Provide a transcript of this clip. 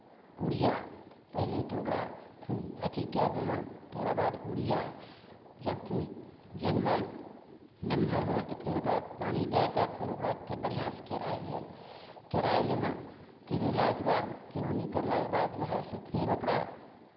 urea पहिले तऽ ओकरा खूब अथि कए देलहुँ ओकरा बाद यूरिया जब खूब जनमल नमहर होल तऽ फेर ओकरा पानि दए कऽ फेर ओकरा बढ़िआँसँ केराइ लेल केराइ लेलहुँ केरौलाके बाद किरौनी करलाके बाद जे हए से फेर ओकरा